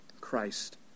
Christ